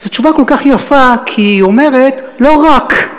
זאת תשובה כל כך יפה כי היא אומרת לא "רק".